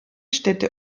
städte